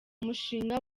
mushinga